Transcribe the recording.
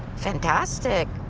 fantastic!